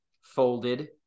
folded